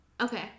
okay